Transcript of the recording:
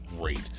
great